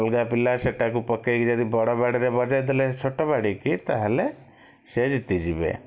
ଅଲଗା ପିଲା ସେଇଟାକୁ ପକେଇକି ଯଦି ବଡ଼ ବାଡ଼ିରେ ବଜେଇ ଦେଲେ ଛୋଟ ବାଡ଼ିକି ତାହେଲେ ସେ ଜିତିଯିବେ